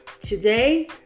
Today